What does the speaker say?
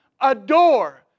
adore